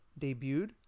debuted